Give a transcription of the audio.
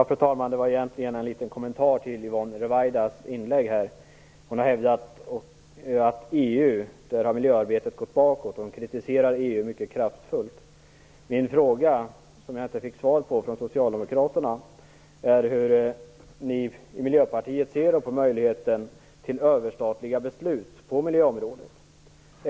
Fru talman! Jag har en liten kommentar till Yvonne Ruwaidas inlägg här. Hon hävdar att miljöarbetet i EU har gått bakåt och kritiserar EU mycket kraftfullt. Jag hade en fråga som jag inte fick något svar på från Socialdemokraterna. Jag undrar också hur ni i Miljöpartiet ser på möjligheten till överstatliga beslut på miljöområdet.